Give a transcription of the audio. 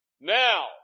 now